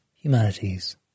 humanities